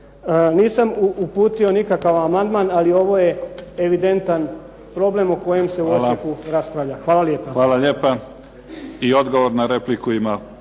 Nisam uputio nikakav amandman, ali ovo je evidentan problem o kojem se u Osijeku raspravlja. Hvala lijepa. **Mimica, Neven (SDP)** Hvala lijepa. I odgovor na repliku ima